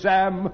Sam